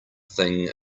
thing